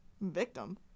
Victim